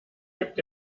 gibt